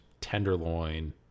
tenderloin